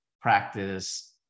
practice